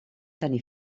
tenir